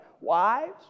wives